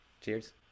Cheers